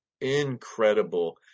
incredible